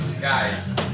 guys